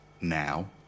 now